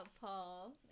Paul